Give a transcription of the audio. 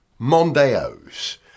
Mondeos